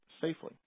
safely